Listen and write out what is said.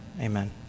Amen